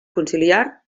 conciliar